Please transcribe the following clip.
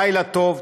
לילה טוב.